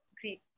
Great